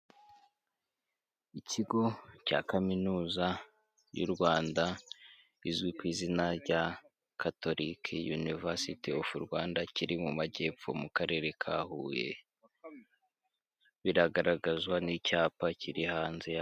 Ikigo cya Kaminuza y'u Rwanda izwi ku izina rya Catholique University of Rwanda kiri mu majyepfo mu karere ka Huye, biragaragazwa n'icyapa kiri hanze.